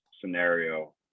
scenario